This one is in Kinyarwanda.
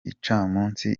gicamunsi